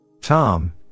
Tom